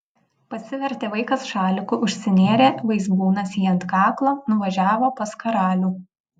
pasivertė vaikas šaliku užsinėrė vaizbūnas jį ant kaklo nuvažiavo pas karalių